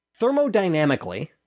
Thermodynamically